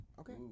Okay